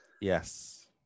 Yes